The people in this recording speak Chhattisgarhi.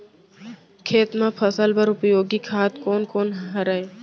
खेत म फसल बर उपयोगी खाद कोन कोन हरय?